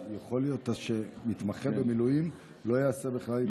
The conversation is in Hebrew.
שאלה: האם יכול להיות שמתמחה במילואים לא יעשה בכלל התמחות?